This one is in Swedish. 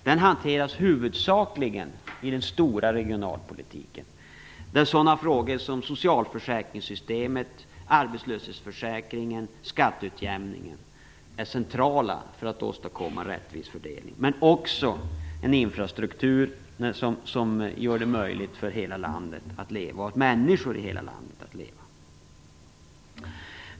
Den hanteras huvudsakligen i den stora regionalpolitiken där sådana frågor som socialförsäkringssystemet, arbetslöshetsförsäkringen och skatteutjämningen är centrala för att åstadkomma en rättvis fördelning, men också en infrastruktur som gör det möjligt för människor i hela landet att leva.